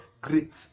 great